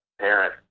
parent